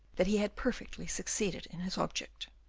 that he had perfectly succeeded in his object.